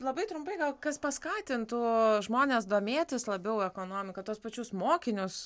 labai trumpai gal kas paskatintų žmones domėtis labiau ekonomika tuos pačius mokinius